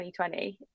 2020